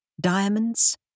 diamonds